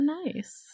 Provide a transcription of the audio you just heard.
nice